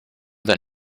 that